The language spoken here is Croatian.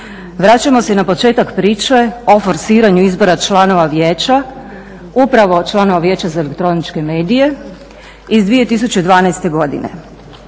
raspravljamo se na početak priče o forsiranju izbora članova vijeća, upravo članova Vijeća za elektroničke medije iz 2012. godine.